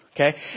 okay